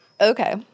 Okay